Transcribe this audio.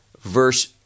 verse